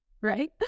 Right